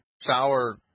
sour